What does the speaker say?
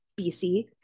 BC